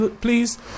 please